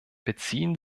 beziehen